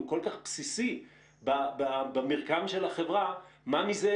הוא כל כך בסיסי במרקם של החברה ומה מזה